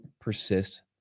persist